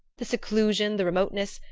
the seclusion, the remoteness,